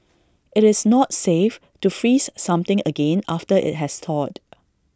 IT is not safe to freeze something again after IT has thawed